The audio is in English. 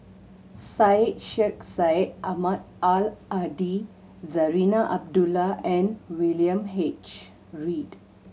Syed Sheikh Syed Ahmad Al Hadi Zarinah Abdullah and William H Read